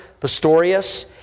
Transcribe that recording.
Pistorius